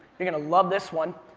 you're gonna love this one.